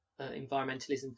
environmentalism